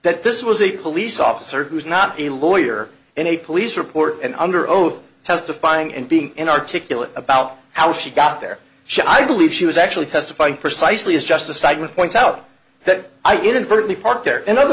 that this was a police officer who's not a lawyer and a police report and under oath testifying and being inarticulate about how she got there she i believe she was actually testifying precisely as just a statement points out that i inadvertently park there in other